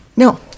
No